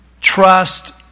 trust